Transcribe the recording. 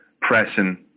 pressing